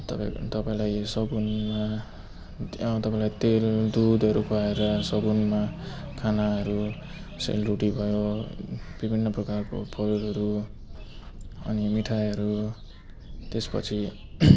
तपाईँको तपाईँलाई यो सगुनमा तपाईँलाई तेल दुधहरू खुवाएर सगुनमा खानाहरू सेलरोटी भयो विभिन्न प्रकारको फलहरू अनि मिठाईहरू त्यस पछि